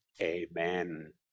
Amen